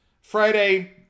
Friday